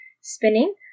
spinning